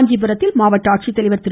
காஞ்சிபுரத்தில் மாவட்ட ஆட்சித்தலைவர் திரு